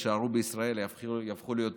יישארו בישראל ויהפכו להיות